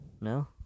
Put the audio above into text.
No